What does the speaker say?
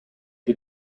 did